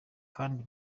kandi